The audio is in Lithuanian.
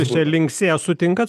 čia linksėjo sutinkat